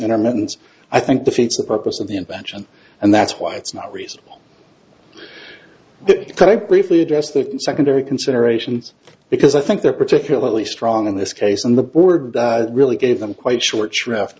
intermittent i think the fits the purpose of the invention and that's why it's not reasonable if i briefly address the secondary considerations because i think they're particularly strong in this case and the board really gave them quite short shrift